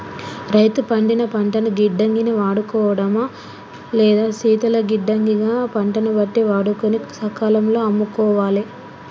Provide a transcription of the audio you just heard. రైతు పండిన పంటను గిడ్డంగి ని వాడుకోడమా లేదా శీతల గిడ్డంగి గ పంటను బట్టి వాడుకొని సకాలం లో అమ్ముకోవాలె